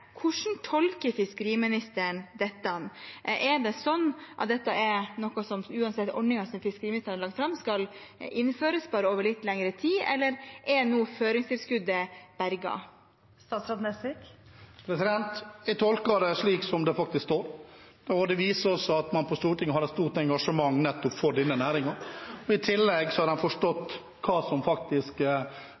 Hvordan tolker fiskeriministeren dette? Er det sånn at dette er noe som – uansett ordningen som fiskeriministeren har lagt fram – skal innføres, bare over litt lengre tid, eller er nå føringstilskuddet berget? Jeg tolker det slik som det faktisk står. Det viser at man på Stortinget har et stort engasjement for nettopp denne næringen. I tillegg har de forstått hva regjeringen faktisk